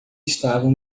estavam